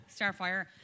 Starfire